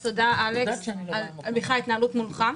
תודה, אלכס, על ההתנהלות מולך.